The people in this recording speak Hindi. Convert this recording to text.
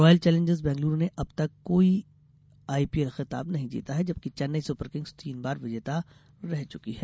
रॉयल चौलेंजर्स बैंगलुरू ने अब तक कोई आईपीएल खिताब नहीं जीता है जबकि चेन्नई सुपर किंग्स तीन बार विजेता रह चुकी है